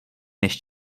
než